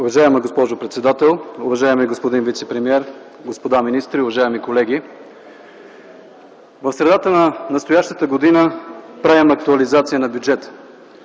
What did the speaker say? Уважаема госпожо председател, уважаеми господин вицепремиер, господа министри, уважаеми колеги! В средата на настоящата година правим актуализация на бюджета,